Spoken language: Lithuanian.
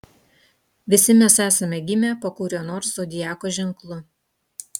visi mes esame gimę po kuriuo nors zodiako ženklu